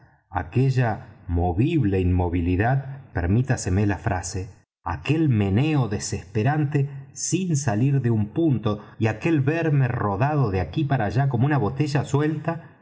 aquella movible inmovilidad permítaseme la frase aquel meneo desesperante sin salir de un punto y aquel verme rodado de aquí para allá como una botella suelta